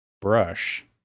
brush